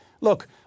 Look